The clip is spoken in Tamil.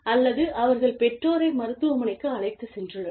அல்லது அவர்கள் பெற்றோரை மருத்துவமனைக்கு அழைத்துச் சென்றுள்ளனர்